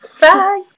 bye